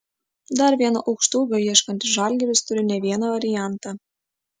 dar vieno aukštaūgio ieškantis žalgiris turi ne vieną variantą